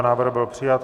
Návrh byl přijat.